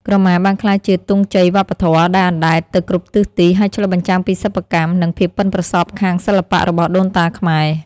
ក្រមាបានក្លាយជា ទង់ជ័យវប្បធម៌ ដែលអណ្តែតទៅគ្រប់ទិសទី ហើយឆ្លុះបញ្ចាំងពីសិប្បកម្ម និងភាពប៉ិនប្រសប់ខាងសិល្បៈរបស់ដូនតាខ្មែរ។